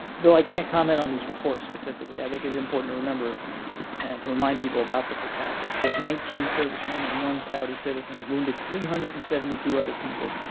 though i can't comment on these reports specifically, i think it's important to remember and to remind people about this attack which killed nineteen servicemen and one saudi citizen, wounded three hundred and seventy two other people.